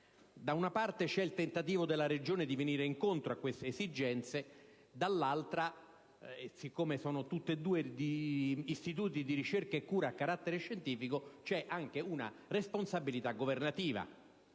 Da una parte, c'è il tentativo della Regione di venire incontro a queste esigenze; dall'altra, siccome sono tutti e due istituti di ricerca e cura a carattere scientifico, c'è anche una responsabilità governativa.